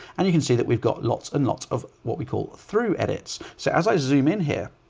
and you can see that we've got lots and lots of what we call through edits. so as i zoom in here,